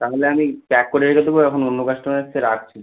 তাহলে আমি প্যাক করে রেখে দেবো এখন অন্য কাস্টোমার এসছে রাখছি